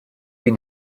been